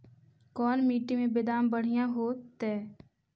कोन मट्टी में बेदाम बढ़िया होतै?